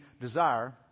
desire